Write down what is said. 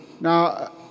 Now